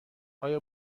آیا